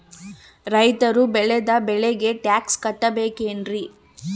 ರೈತರು ಬೆಳೆದ ಬೆಳೆಗೆ ಟ್ಯಾಕ್ಸ್ ಕಟ್ಟಬೇಕೆನ್ರಿ?